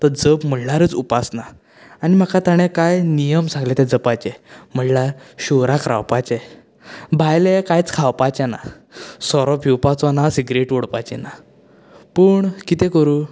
तो जप म्हळ्यारूच उपासना आनी म्हाका तांणें कांय नियम सांगले ते जपाचे म्हळ्यार शिवराक रावपाचे भायलें कांयच खावपाचें ना सोरो पिवपाचो ना सिगरेट ओडपाची ना पूण कितें करूं